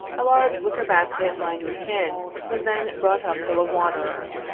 a large wicker basket, lined with tin, was then brought up full of water.